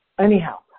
Anyhow